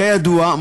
כידוע,